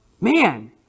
man